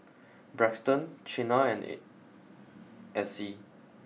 Braxton Chynna and Acy